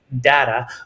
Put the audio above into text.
data